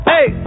Hey